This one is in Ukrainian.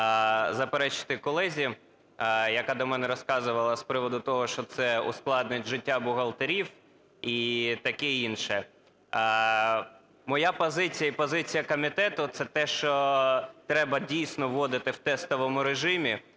заперечити колезі, яка до мене розказувала з приводу того, що це ускладнить життя бухгалтерів і таке інше. Моя позиція і позиція комітету – це те, що треба дійсно вводити в тестовому режимі,